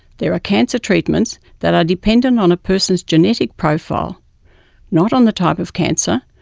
there are cancer treatments that are dependent on a person's genetic profile not on the type of cancer,